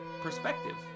Perspective